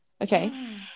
Okay